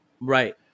Right